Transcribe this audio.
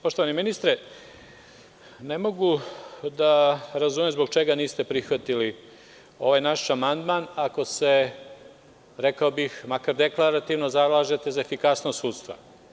Poštovani ministre, ne mogu da razumem zbog čega niste prihvatili ovaj naš amandman ako se, rekao bih makar deklarativno zalažete za efikasnost sudstva.